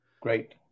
Great